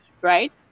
right